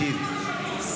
ישיב,